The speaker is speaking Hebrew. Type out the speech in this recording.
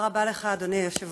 תודה רבה לך, אדוני היושב-ראש.